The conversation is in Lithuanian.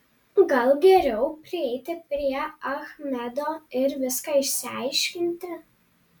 gal geriau prieiti prie achmedo ir viską išsiaiškinti